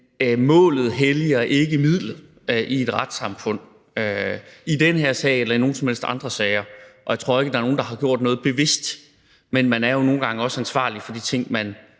målet ikke helliger midlet i et retssamfund, i den her sag eller i nogen som helst andre sager, og jeg tror ikke, der er nogen, der har gjort noget bevidst. Men man er jo nogle gange også ansvarlig for de ting, man